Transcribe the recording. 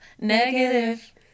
negative